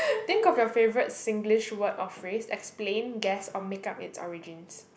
think of your favorite Singlish word or phrase explain guess or make-up it's origins